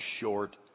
short